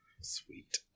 Sweet